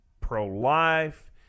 pro-life